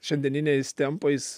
šiandieniniais tempais